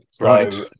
Right